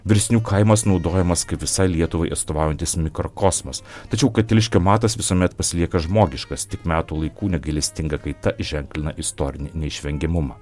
virsnių kaimas naudojamas kaip visai lietuvai atstovaujantis mikrokosmas tačiau katiliškio matas visuomet pasilieka žmogiškas tik metų laikų negailestinga kaita ženklina istorinį neišvengiamumą